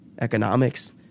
economics